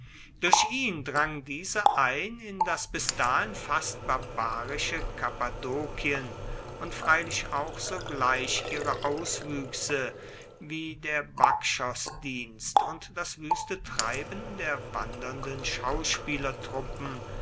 durch ihn drang diese ein in das bis dahin fast barbarische kappadokien und freilich auch sogleich ihre auswüchse wie der bakchosdienst und das wüste treiben der wandernden